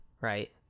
right